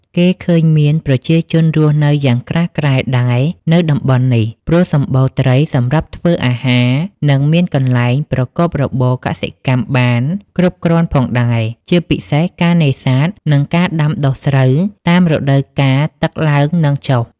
គេឃើញមានប្រជាជនរស់នៅយ៉ាងក្រាស់ក្រែលដែរនៅតំបន់នេះ ព្រោះសំបូរត្រីសម្រាប់ធ្វើអាហារ និងមានកន្លែងប្រកបរបរកសិកម្មបានគ្រប់គ្រាន់ផងដែរ ជាពិសេសការនេសាទ និងការដាំដុះស្រូវតាមរដូវកាលទឹកឡើងនិងចុះ។